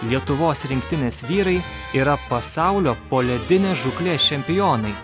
lietuvos rinktinės vyrai yra pasaulio poledinės žūklės čempionai